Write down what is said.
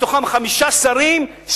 מתוכם חמישה שרים,